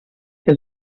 que